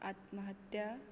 आत्महत्या